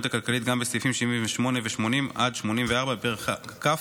הכלכלית גם בסעיפים 78 ו-80 84 בפרק כ'